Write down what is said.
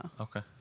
Okay